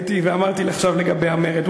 ואמרתי: עכשיו לגבי המרד.